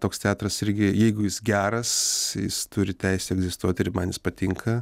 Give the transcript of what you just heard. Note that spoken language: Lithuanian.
toks teatras irgi jeigu jis geras jis turi teisę egzistuoti ir man jis patinka